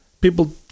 People